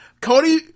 Cody